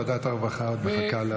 ועדת הרווחה עוד מחכה,